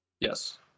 Yes